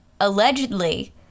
allegedly